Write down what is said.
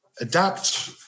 adapt